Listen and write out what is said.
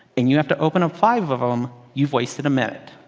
and you have to open up five of them, you've wasted a minute.